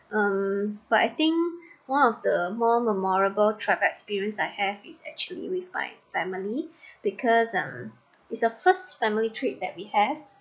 um but I think one of the more memorable travel experience I have is actually with my family because um is a first family trip that we have